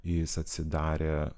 jis atsidarė